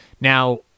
now